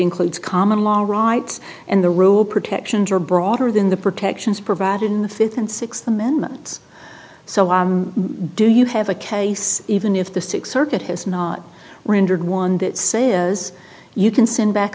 includes common law rights and the rule protections are broader than the protections provided in the fifth and sixth amendment so why do you have a case even if the six circuit has not rendered one that say as you can send back